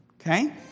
Okay